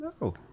No